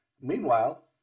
Meanwhile